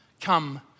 come